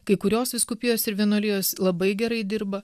kai kurios vyskupijos ir vienuolijos labai gerai dirba